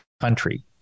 country